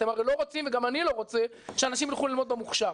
אתם הרי לא רוצים וגם אני לא רוצה שאנשים ילכו ללמוד במוכשר.